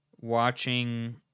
watching